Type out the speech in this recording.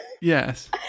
Yes